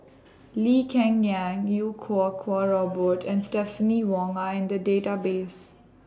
Lee Cheng Yan Iau Kuo Kwong Robert and Stephanie Wong Are in The Database